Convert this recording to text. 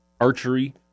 archery